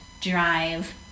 drive